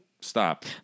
stop